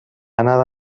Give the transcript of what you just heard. anna